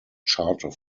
charter